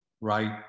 right